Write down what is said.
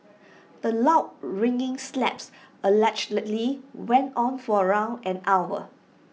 the loud ringing slaps allegedly went on for around an hour